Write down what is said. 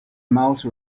mouse